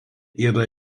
yra